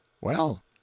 Well